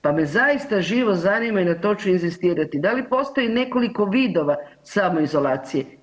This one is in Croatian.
Pa me zaista živo zanima i na tom ću inzistirati da li postoji nekoliko vidova samoizolacije?